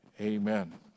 Amen